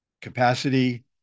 capacity